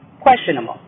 questionable